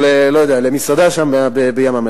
או, אני לא יודע, למסעדה שם, בים-המלח.